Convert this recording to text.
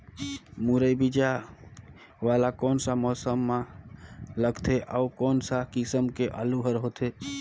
मुरई बीजा वाला कोन सा मौसम म लगथे अउ कोन सा किसम के आलू हर होथे?